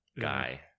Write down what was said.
guy